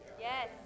Yes